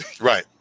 Right